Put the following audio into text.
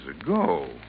ago